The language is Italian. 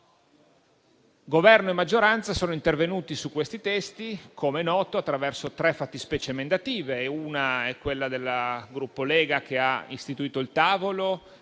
Governo e maggioranza sono intervenuti su questi testi, come noto, attraverso tre fattispecie emendative: il Gruppo Lega ha istituito il tavolo,